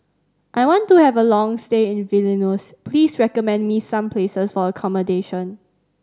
I want to have a long stay in Vilnius please recommend me some places for accommodation